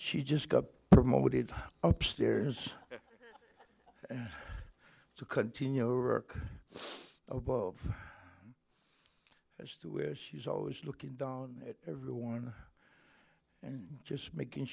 she just got promoted upstairs to continue or above as to where she's always looking down at everyone and just making